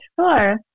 Sure